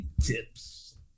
tips